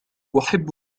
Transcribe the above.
أحب